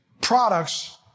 products